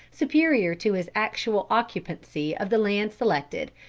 superior to his actual occupancy of the land selected,